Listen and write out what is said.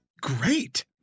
great